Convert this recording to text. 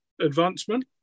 advancement